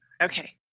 Okay